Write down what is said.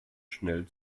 schnell